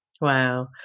Wow